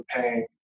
paying